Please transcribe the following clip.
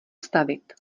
stavit